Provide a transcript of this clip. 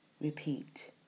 repeat